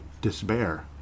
despair